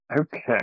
Okay